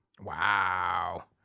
Wow